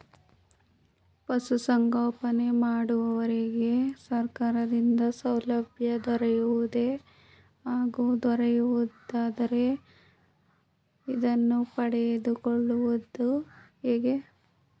ಪಶುಸಂಗೋಪನೆ ಮಾಡುವವರಿಗೆ ಸರ್ಕಾರದಿಂದ ಸಾಲಸೌಲಭ್ಯ ದೊರೆಯುವುದೇ ಹಾಗೂ ದೊರೆಯುವುದಾದರೆ ಇದನ್ನು ಪಡೆದುಕೊಳ್ಳುವುದು ಹೇಗೆ?